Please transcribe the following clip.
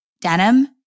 denim